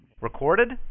Recorded